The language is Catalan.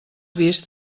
vist